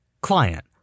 Client